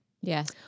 yes